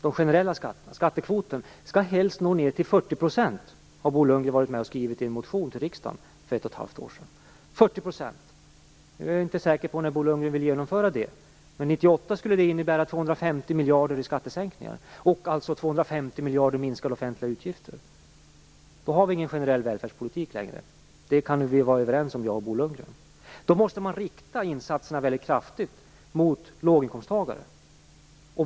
De generella skatterna, skattekvoten, skall helst nå ned till 40 %. Det har Bo Lundgren varit med om att skriva i en motion till riksdagen för ett och ett halvt år sedan. De skall nå ned till 40 %. Jag är inte säker på när Bo Lundgren vill genomföra detta, men 1998 skulle det innebära skattesänkningar på 250 miljarder kronor och alltså minskade offentliga utgifter med 250 miljarder kronor. Då har vi ingen generell välfärdspolitik längre. Det kan Bo Lundgren och jag vara överens om. Då måste man rikta insatserna väldigt kraftigt mot låginkomsttagare.